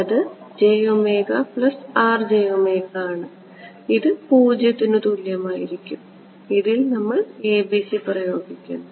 അത് ആണ് ഇത് 0 ന് തുല്യമായിരിക്കും ഇതിൽ ABC പ്രയോഗിക്കുന്നു